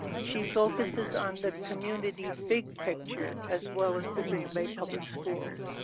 she focuses on the community big picture, as well as the green bay public schools.